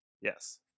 Yes